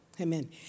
Amen